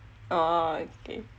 orh okay